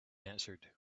answered